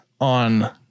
on